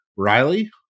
Riley